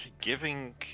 Giving